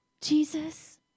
Jesus